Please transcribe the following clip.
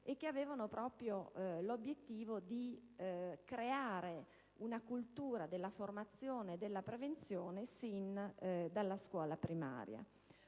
che avevano proprio l'obiettivo di creare una cultura della formazione e della prevenzione sin dalla scuola primaria.